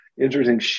interesting